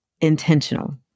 Intentional